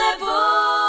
level